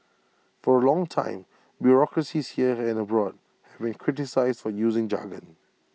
for A long time bureaucracies here and abroad have been criticised for using jargon